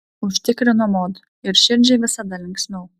užtikrino mod ir širdžiai visada linksmiau